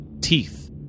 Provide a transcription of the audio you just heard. teeth